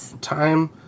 time